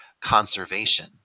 conservation